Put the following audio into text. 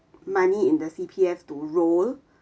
money in the C_P_F to roll